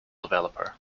developer